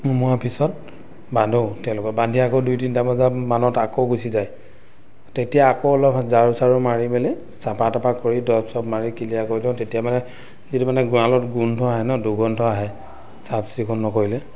সোমোৱা পিছত বান্ধোঁ তেওঁলোকক বান্ধি আকৌ দুই তিনটা বজামানত আকৌ গুচি যায় তেতিয়া আকৌ অলপ ঝাৰু চাৰু মাৰি মেলি চাফা তফা কৰি দৰৱ চৰৱ মাৰি ক্লিয়াৰ কৰি দিওঁ তেতিয়া মানে যিটো মানে গড়ালত গোন্ধ আহে ন দুৰ্গন্ধ আহে চাফচিকুণ নকৰিলে